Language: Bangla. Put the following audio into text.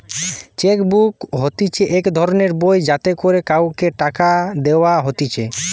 চেক বুক হতিছে এক ধরণের বই যাতে করে কাওকে টাকা দেওয়া হতিছে